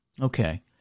Okay